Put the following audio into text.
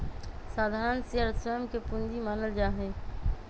साधारण शेयर स्वयं के पूंजी मानल जा हई